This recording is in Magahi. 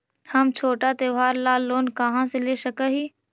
हम छोटा त्योहार ला लोन कहाँ से ले सक ही?